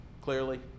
clearly